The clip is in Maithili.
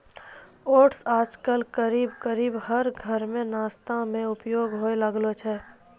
ओट्स आजकल करीब करीब हर घर मॅ नाश्ता मॅ उपयोग होय लागलो छै